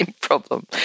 problem